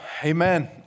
Amen